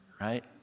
right